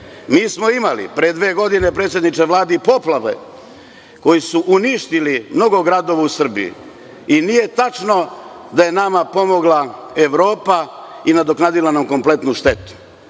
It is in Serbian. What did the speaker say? smo imali pre dve godine, predsedniče Vlade, poplave koje su uništile mnogo gradova u Srbiji i nije tačno da je nama pomogla Evropa i nadoknadila nam kompletnu štetu,